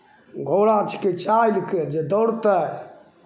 घोड़ा छिकै चालिके जे दौड़तै